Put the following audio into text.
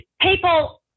People